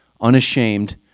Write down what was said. unashamed